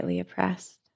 oppressed